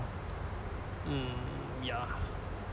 mm ya